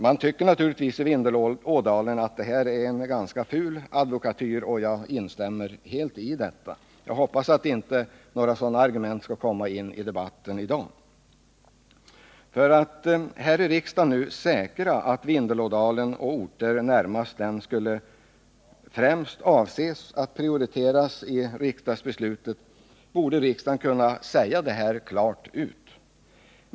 Man tycker naturligtvis i Vindelådalen att detta är en ganska ful advokatyr. Jag instämmer helt i det. Jag hoppas att inte några sådana argument skall komma in i debatten i dag. För att här i riksdagen nu verkligen säkra att Vindelådalen och orter närmast den skall främst avses och prioriteras i riksdagsbeslutet om stöd till Vindelådalen borde riksdagen kunna säga det klart ut.